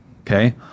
Okay